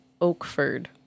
Oakford